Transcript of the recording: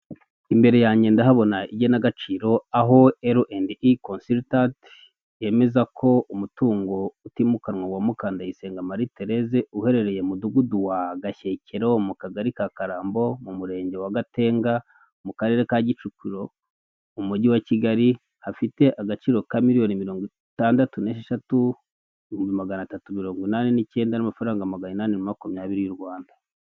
Imbere yanjye ndahabona igena gaciro aho ero endi i consiritanti yemeza ko umutungo utimukanwa wa Mukandayisenga Marie Tereze, uherereye mu mudugudu wa Gashyekero, mu kagari ka Karambo, mu murenge wa Gatenga, mu karere ka Kicukiro, mu mujyi wa Kigali hafite agaciro ka miliyoni mirongo itandatu n'esheshatu ibihumbi magana tatu mirongo inani n'icyenda n'amafaranga magana inani na makumyabiri y'u Rwanda.